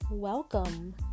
Welcome